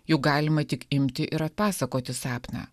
juk galima tik imti ir atpasakoti sapną